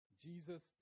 Jesus